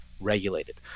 regulated